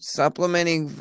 supplementing